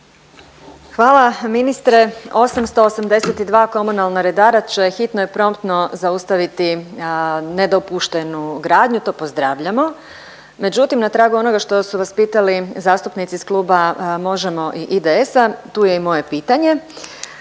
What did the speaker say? Hvala. Ministre, 882 komunalna redara će hitno i promptno zaustaviti nedopuštenu gradnju, to pozdravljamo, međutim, na tragu onoga što su vas pitali zastupnici iz Kluba Možemo! i IDS-a, tu je i moje pitanje.